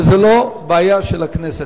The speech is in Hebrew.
וזו לא בעיה של הכנסת.